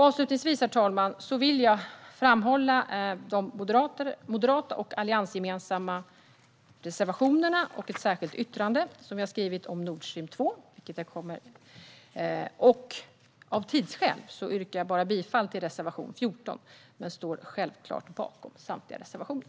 Avslutningsvis, herr talman, vill jag framhålla de moderata och alliansgemensamma reservationerna och vårt särskilda yttrande om Nord Stream 2. Av tidsskäl yrkar jag bara bifall till reservation 14 men står självklart bakom samtliga reservationer.